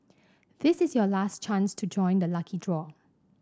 this is your last chance to join the lucky draw